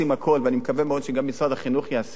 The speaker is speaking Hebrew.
ואני מקווה מאוד שגם משרד החינוך יעשה את זה,